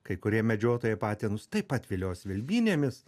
kai kurie medžiotojai patinus taip pat vilios vilbynėmis